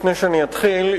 לפני שאתחיל,